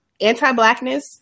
anti-blackness